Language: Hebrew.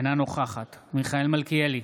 אינה נוכחת מיכאל מלכיאלי,